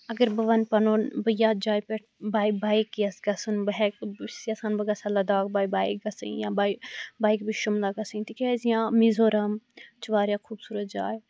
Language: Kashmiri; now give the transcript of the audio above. اَگَر بہٕ وَنہٕ پَنُن بہٕ یِتھ جایہِ پیٚٹھ بےَ بایِکہِ یٚژھٕ گَژھُن بہٕ ہیٚکہٕ بہٕ چھَس یژھان بہٕ گژھٕ ہا لَداخ بےَ بایِک گَژھٕنۍ یا بےَ بایِک بہٕ شُملا گَژھٕنۍ تِکیٛازِ یا میزورَم چھُ واریاہ خوبصوٗرَت جاے